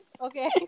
okay